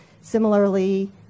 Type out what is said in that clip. Similarly